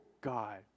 God